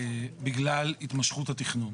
בגלל התמשכות התכנון.